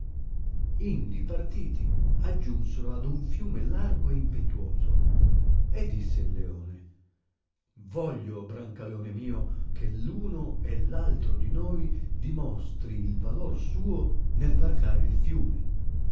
indi partiti aggiunsero ad un fiume largo e impetuoso e disse il leone voglio brancaleone mio che l uno e l altro di noi dimostri il valor suo nel varcar il fiume